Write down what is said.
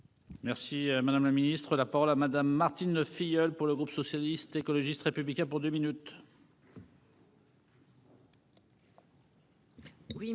Merci, madame la Ministre, la parole à Madame Martine Filleul pour le groupe socialiste, écologiste républicain pour 2 minutes.